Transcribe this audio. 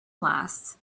last